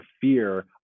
fear